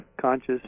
conscious